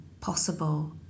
possible